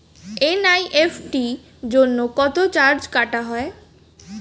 NEFT জন্য কত charge কাটা হয়?